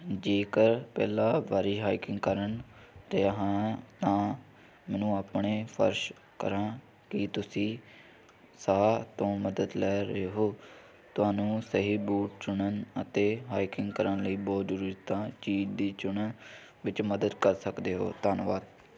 ਜੇਕਰ ਪਹਿਲਾਂ ਵਾਰੀ ਹਾਈਕਿੰਗ ਕਰਨ ਅਤੇ ਹਾਂ ਤਾਂ ਮੈਨੂੰ ਆਪਣੇ ਫਰਸ਼ ਕਰਾਂ ਕਿ ਤੁਸੀਂ ਸਾਹ ਤੋਂ ਮਦਦ ਲੈ ਰਹੇ ਹੋ ਤੁਹਾਨੂੰ ਸਹੀ ਬੂਟ ਚੁਣਨ ਅਤੇ ਹਾਈਕਿੰਗ ਕਰਨ ਲਈ ਬਹੁਤ ਜ਼ਰੂਰੀ ਤਾਂ ਚੀਜ਼ ਦੀ ਚੁਣਨ ਵਿੱਚ ਮਦਦ ਕਰ ਸਕਦੇ ਹੋ ਧੰਨਵਾਦ